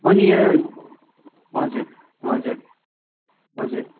अनि यहाँ हजुर हजुर हजुर